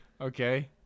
Okay